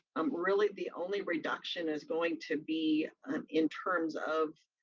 um really, the only reduction is going to be in terms of